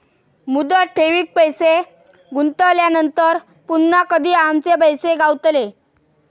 मुदत ठेवीत पैसे गुंतवल्यानंतर पुन्हा कधी आमचे पैसे गावतले?